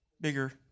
bigger